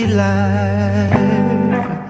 life